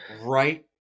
right